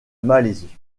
malaisie